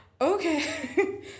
okay